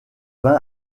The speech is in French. vin